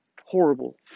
horrible